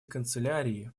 канцелярии